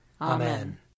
Amen